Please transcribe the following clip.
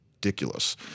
ridiculous